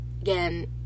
again